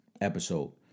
episode